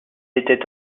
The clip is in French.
était